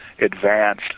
advanced